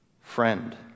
Friend